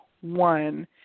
one